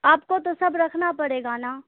آپ کو تو سب رکھنا پڑے گا نا